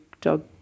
dog